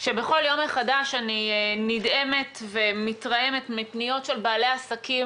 שבכל יום מחדש אני נדהמת ומתרעמת מפניות של בעלי עסקים